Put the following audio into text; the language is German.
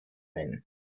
ein